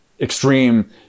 extreme